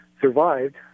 survived